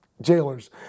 jailers